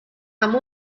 amb